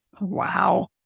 Wow